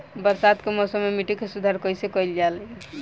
बरसात के मौसम में मिट्टी के सुधार कईसे कईल जाई?